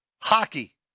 Hockey